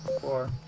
four